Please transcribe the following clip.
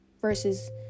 versus